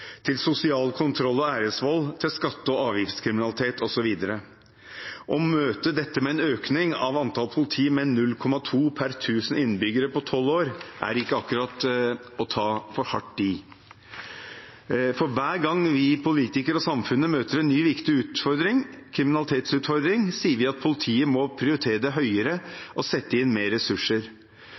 til sosial kontroll og æresvold, til skatte- og avgiftskriminalitet osv. Å møte dette med en økning av antallet politi med 0,2 per 1 000 innbyggere på tolv år er ikke akkurat å ta for hardt i. Hver gang vi politikere og samfunnet møter en ny viktig kriminalitetsutfordring, sier vi at politiet må prioritere det høyere og sette inn mer ressurser.